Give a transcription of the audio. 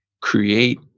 create